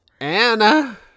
Anna